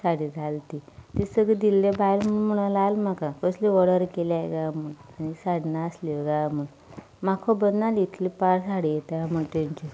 साडी दिल्ली बायलां म्हणूंक लागलीं म्हाका कसली ऑर्डर केल्या काय म्हूण आनी साडी नाशिल्ल्यो काय म्हूण म्हाका खबर नाशिल्ली इतली पाड साडी येतात म्हूण तांच्यो